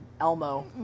Elmo